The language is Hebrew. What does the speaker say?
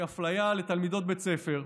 אפליה של תלמידות בית ספר.